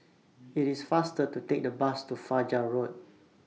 IT IS faster to Take The Bus to Fajar Road